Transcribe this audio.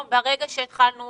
או ברגע שהתחלנו